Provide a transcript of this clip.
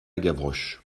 gavroche